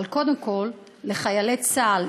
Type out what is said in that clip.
אבל קודם כול לחיילי צה"ל,